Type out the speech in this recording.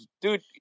dude